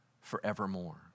forevermore